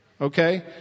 Okay